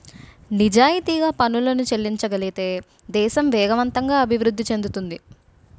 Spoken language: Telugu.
నిజాయితీగా పనులను చెల్లించగలిగితే దేశం వేగవంతంగా అభివృద్ధి చెందుతుంది